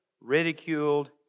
ridiculed